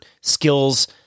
skills